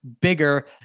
bigger